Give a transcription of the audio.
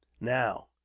Now